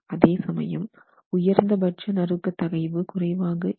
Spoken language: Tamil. அதே சமயம் உயர்ந்த பட்ச நறுக்க தகைவு குறைவாக இருக்கும்